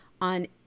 on